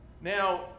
Now